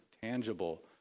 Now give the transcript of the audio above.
tangible